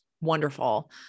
wonderful